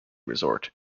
resort